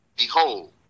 Behold